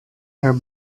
her